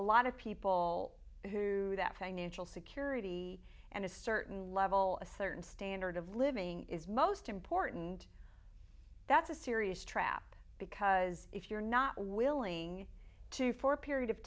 a lot of people who that financial security and a certain level a certain standard of living is most important that's a serious trap because if you're not willing to for a period of